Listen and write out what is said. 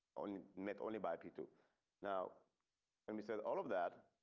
only met only by p two now and we said all of that.